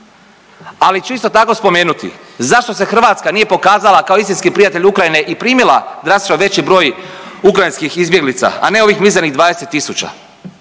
Ali ću isto tako spomenuti zašto se Hrvatska nije pokazala kao istinski prijatelj Ukrajine i primila drastično veći broj ukrajinskih izbjeglica, a ne ovih mizernih 20